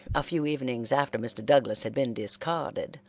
a few evenings after mr. douglas had been discarded,